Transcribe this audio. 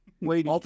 Wait